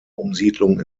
umsiedlung